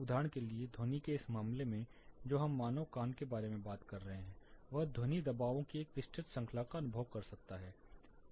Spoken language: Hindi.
उदाहरण के लिए ध्वनि के इस मामले में जो हम मानव कान के बारे में बात कर रहे हैं वह ध्वनि दबावों की एक विस्तृत श्रृंखला का अनुभव कर सकता है